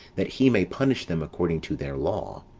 that he may punish them according to their law.